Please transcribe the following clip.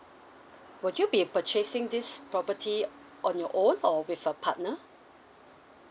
would you be purchasing this property on your own or with a partner